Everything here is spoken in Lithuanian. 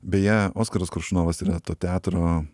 beje oskaras koršunovas yra to teatro